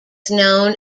known